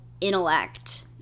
intellect